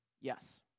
Yes